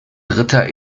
dritter